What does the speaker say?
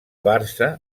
barça